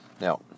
Now